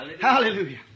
Hallelujah